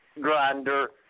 grinder